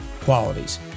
qualities